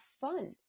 fun